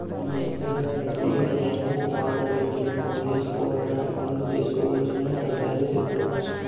మన ఎం.పి గారి నిధుల్లో ఈ ఏడాది బావి తవ్వించడం, రోడ్లేసుకోవడం లాంటి పనులు చేసుకోవచ్చునని అధికారులే చెప్పేరు